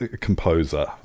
composer